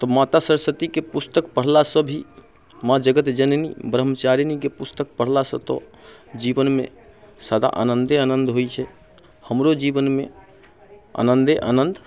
तऽ माता सरस्वतीके पुस्तक पढ़लासँ भी माँ जगतजननी ब्रह्मचारिणीके पुस्तक पढ़लासँ तऽ जीवनमे सदा आनन्दे आनन्द होइ छै हमरो जीवनमे आनन्दे आनन्द